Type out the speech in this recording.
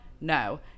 No